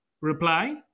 reply